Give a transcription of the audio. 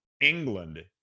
England